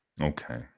Okay